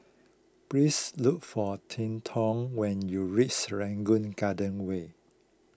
please look for when you reach Serangoon Garden Way